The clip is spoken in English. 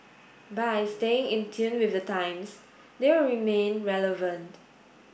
by staying in tune with the times they will remain relevant